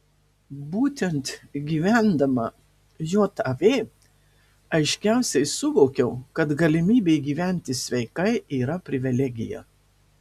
būtent gyvendama jav aiškiausiai suvokiau kad galimybė gyventi sveikai yra privilegija